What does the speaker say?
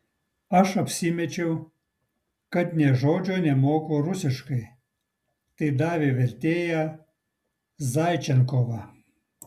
aš apsimečiau kad nė žodžio nemoku rusiškai tai davė vertėją zaičenkovą